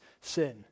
sin